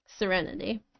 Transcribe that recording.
Serenity